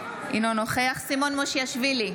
אינו נוכח סימון מושיאשוילי,